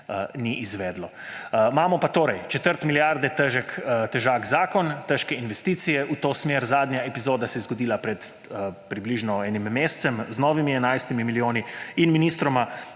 ni izvedlo. Imamo pa torej četrt milijarde težak zakon, težke investicije v to smer. Zadnja epizoda se je zgodila pred približno enim mesecem z novimi 11 milijoni. Ministroma,